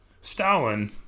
Stalin